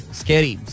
scary